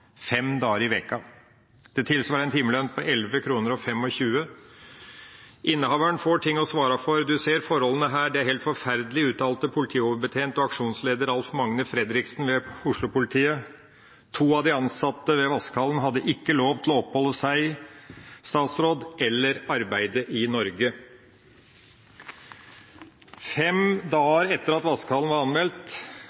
fem dager i uken. Det tilsvarer en timelønn på 11,25 kroner – Innehaveren får ting å svare for. Du ser forholdene her. Det er helt forferdelig, uttalte politioverbetjent og aksjonsleder Alf-Magne Fredriksen ved Oslo-politiet.» To av de ansatte ved vaskehallen hadde ikke lov til å oppholde seg eller arbeide i Norge. «Fem dager etter at vaskehallen ble anmeldt